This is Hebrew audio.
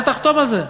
אל תחתום על זה.